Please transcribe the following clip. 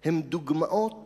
הם דוגמאות